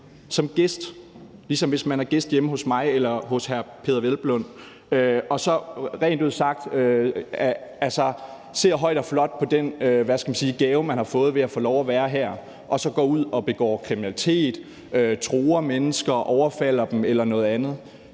i landet – ligesom hvis man er gæst hjemme hos mig eller hos hr. Peder Hvelplund – rent ud sagt ser højt og flot på den gave, man har fået ved at få lov at være her, og går ud og begår kriminalitet, truer mennesker, overfalder dem eller noget andet,